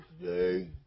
today